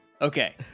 Okay